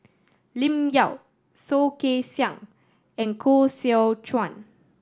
Lim Yau Soh Kay Siang and Koh Seow Chuan